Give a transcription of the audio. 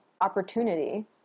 opportunity